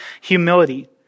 humility